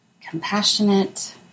compassionate